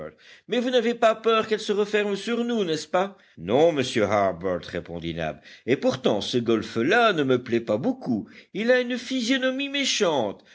mais vous n'avez pas peur qu'elle se referme sur nous n'est-ce pas non monsieur harbert répondit nab et pourtant ce golfe là ne me plaît pas beaucoup il a une physionomie méchante